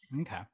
Okay